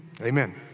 Amen